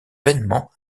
vainement